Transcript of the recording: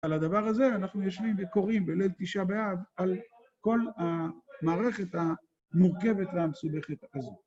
על הדבר הזה אנחנו יושבים וקוראים בליל תשע באב על כל המערכת המורכבת והמסובכת הזו.